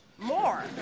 more